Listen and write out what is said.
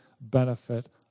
benefit